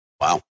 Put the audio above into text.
Wow